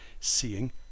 Seeing